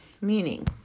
meaning